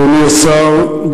אדוני השר,